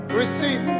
receive